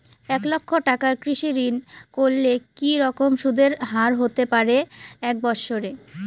এক লক্ষ টাকার কৃষি ঋণ করলে কি রকম সুদের হারহতে পারে এক বৎসরে?